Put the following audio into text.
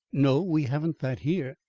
no, we haven't that here.